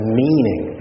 meaning